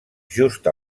just